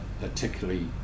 particularly